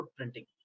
footprinting